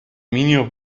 minima